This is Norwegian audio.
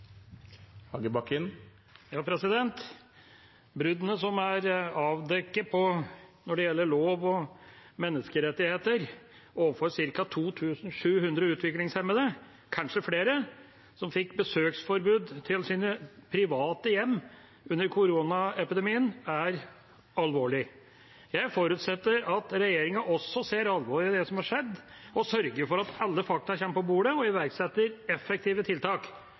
avdekket når det gjelder lov og menneskerettigheter overfor cirka 2 700 utviklingshemmede, kanskje flere, som fikk besøksforbud til sine private hjem under koronaepidemien, er alvorlig. Jeg forutsetter at regjeringa også ser alvoret i det som har skjedd, og sørger for at alle fakta kommer på bordet og iverksetter effektive tiltak.